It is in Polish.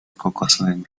kokosowymi